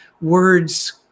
words